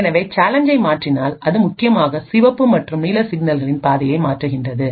எனவே சேலஞ்சை மாற்றினால் அது முக்கியமாக சிவப்பு மற்றும் நீல சிக்னல்களின் பாதையை மாற்றுகின்றது